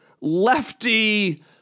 lefty